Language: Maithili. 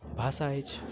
भाषा अछि